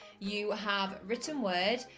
you have written word,